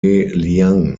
liang